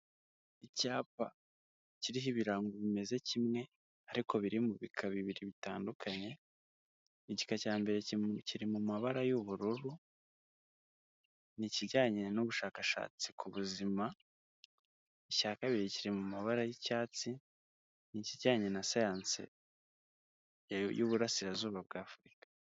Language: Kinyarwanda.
Icyapa kiriho ibirango bimeze kimwe ariko biri mu bika bibiri bitandukanye, igika cya mbere kiri mu mabara y'ubururu ni ikijyanye n'ubushakashatsi ku buzima, icya kabiri kiri mu mabara y'icyatsi ni ikijyanye na sayansi y'Uburasirazuba bw'Afurika.